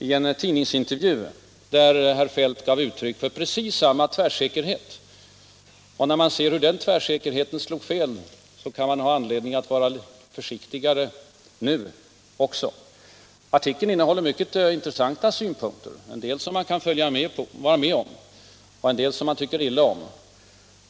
I en tidningsintervju gav herr Feldt då uttryck för precis samma tvärsäkerhet. När man ser hur den tvärsäkerheten slog fel kan det finnas anledning att uppmana till försiktighet nu också. Artikeln innehåller mycket intressanta synpunkter, en del som jag kan vara med om och en del som jag tycker illa om.